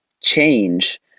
change